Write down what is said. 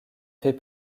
fait